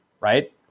Right